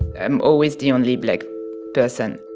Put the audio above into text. i'm always the only black person